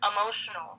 emotional